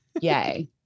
Yay